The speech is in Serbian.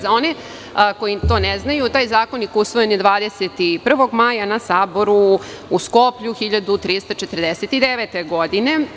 Za one koji to ne znaju, taj zakonik usvojen je 21. maja na Saboru u Skoplju 1349. godine.